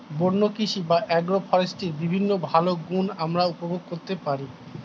বন্য কৃষি বা অ্যাগ্রো ফরেস্ট্রির বিভিন্ন ভালো গুণ আমরা উপভোগ করতে পারি